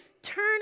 Turn